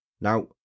Now